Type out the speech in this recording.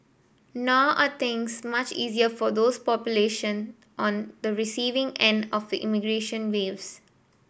nor are things much easier for those population on the receiving end of the immigration waves